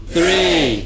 Three